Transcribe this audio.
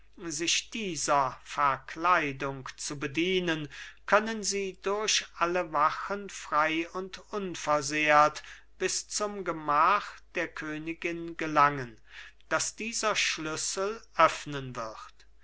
sich dieser verkleidung zu bedienen können sie durch alle wachen frei und unversehrt bis zum gemach der königin gelangen das dieser schlüssel öffnen wird